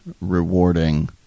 rewarding